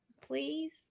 please